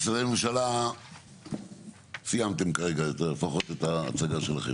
משרדי הממשלה סיימו את הצגת הנושא.